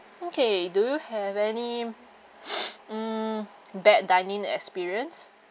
okay do you have any um bad dining experience